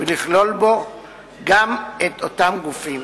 ולכלול בה גם את אותם גופים.